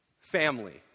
family